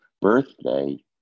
birthday